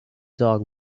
dog